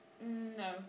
No